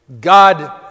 God